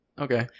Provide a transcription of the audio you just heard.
Okay